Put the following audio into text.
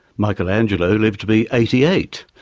michelangelo lived to be eighty eight,